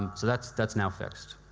and so that's that's now fixed.